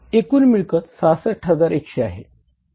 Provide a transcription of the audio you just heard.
एकूण मिळकत 66100 आहे